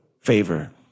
favor